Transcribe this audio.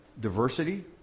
diversity